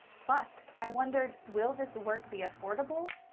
plus i wondered, will this work be affordable?